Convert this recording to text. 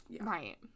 Right